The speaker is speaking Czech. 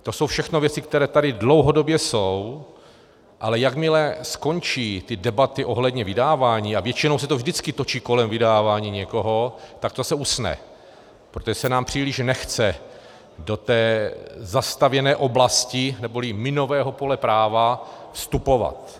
To jsou všechno věci, které tady dlouhodobě jsou, ale jakmile skončí ty debaty ohledně vydávání, a většinou se to vždycky točí kolem vydávání někoho, tak to se usne, protože se nám příliš nechce do té zastavěné oblasti neboli minového pole práva vstupovat.